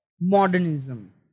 Modernism